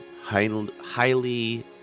highly